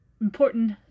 important